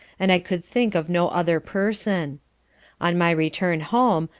and i could think of no other person on my return home,